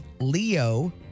Leo